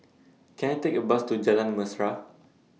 Can I Take A Bus to Jalan Mesra